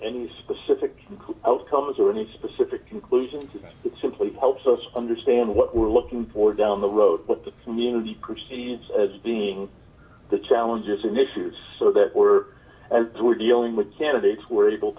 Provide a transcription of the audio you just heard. any specific outcomes or any specific conclusions is it simply helps us understand what we're looking for down the road with the community proceeds as being the challenges and issues so that we're we're dealing with candidates we're able